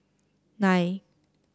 nine